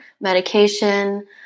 medication